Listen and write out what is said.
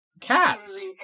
Cats